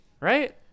right